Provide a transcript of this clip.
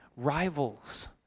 Rivals